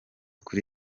kuri